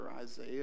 isaiah